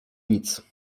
nic